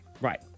Right